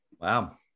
Wow